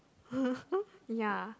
ya